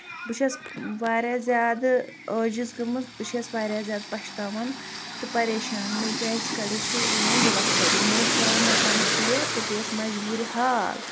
بہٕ چھَس واریاہ زیادٕ ٲجِز گٔمٕژ بہٕ چھَس واریاہ زیادٕ پَشتاوان تہٕ پَریشان مےٚ کیازِ کَڑیو سُہ لون زٕ لَچھ رۄپیہِ مےٚ ٲس تراوٕنۍ مَکانَس سِلیب بہٕ گٔیَس مَجبوٗرِ ہال